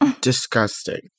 disgusting